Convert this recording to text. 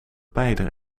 beide